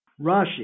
Rashi